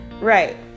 right